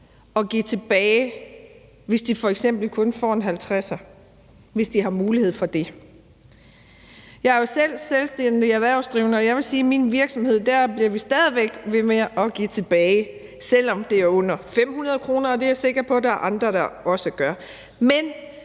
at give tilbage, hvis de f.eks. kun får en halvtredser, og hvis de har mulighed for det. Jeg er jo selv selvstændig erhvervsdrivende, og jeg vil sige, at i min virksomhed bliver vi stadig væk ved med at give tilbage, selv om det er under 500 kr., og det er jeg sikker på at der er andre der også gør. Men